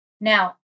Now